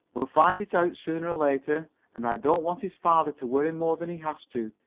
we'll find it out sooner or later, and i don't want his father to worry more than he has to.